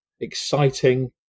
exciting